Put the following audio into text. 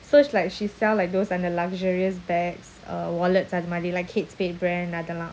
so like she sell like those அந்த:andha the luxurious bags uh wallets அதுமாதிரி:adhu madhiri like Kate Spade brand அதெல்லாம்:adhellam